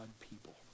people